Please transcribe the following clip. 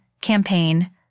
campaign